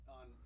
on